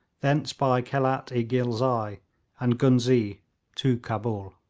thence by khelat-i-ghilzai and ghuznee to cabul.